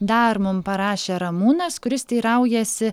dar mum parašė ramūnas kuris teiraujasi